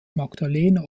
magdalena